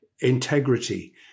integrity